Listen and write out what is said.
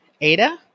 ADA